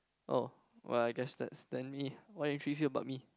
oh well I guess that's then me what intrigues you about me